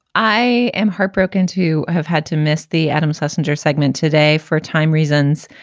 i am heartbroken to have had to miss the addams hassinger segment today for time reasons,